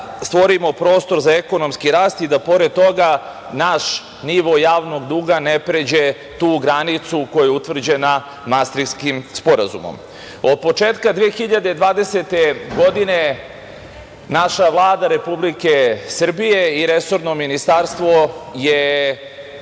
da stvorimo prostor za ekonomski rast i da pored toga naš nivo javnog duga ne pređe tu granicu koja je utvrđena Mastrihtskim sporazumom. Od početka 2020. godine naša Vlada Republike Srbije i resorno ministarstvo je